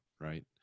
right